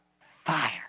fire